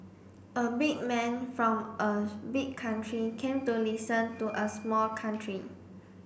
a big man from a big country came to listen to a small country